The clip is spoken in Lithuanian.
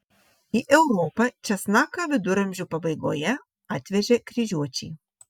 į europą česnaką viduramžių pabaigoje atvežė kryžiuočiai